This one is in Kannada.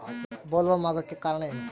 ಬೊಲ್ವರ್ಮ್ ಆಗೋಕೆ ಕಾರಣ ಏನು?